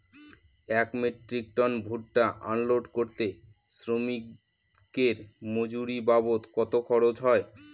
এক metric ton ভুট্টা unload করতে শ্রমিকের মজুরি বাবদ কত খরচ হয়?